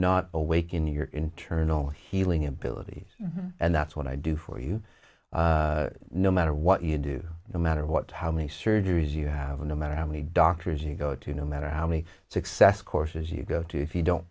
not awaken your internal healing abilities and that's and i do for you no matter what you do no matter what how many surgeries you have no matter how many doctors you go to no matter how many success courses you go to if you don't